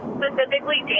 specifically